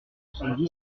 soixante